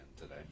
today